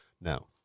Now